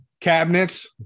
cabinets